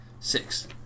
Six